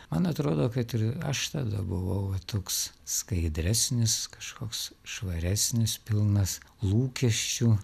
man atrodo kad ir aš tada buvau toks skaidresnis kažkoks švaresnis pilnas lūkesčių